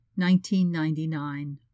1999